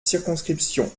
circonscriptions